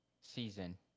season